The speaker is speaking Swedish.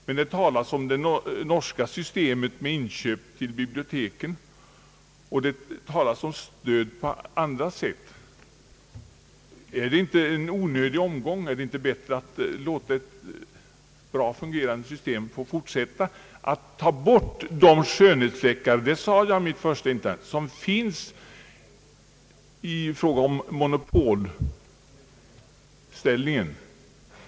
Men det talas om det norska systemet med inköp till biblioteken, och det talas om stöd på andra sätt. är det inte bättre att låta ett system som fungerat bra få fortsätta och i stället som jag sade i mitt första anförande söka ta bort de skönhetsfläckar som nu finns i fråga om monopolställningen?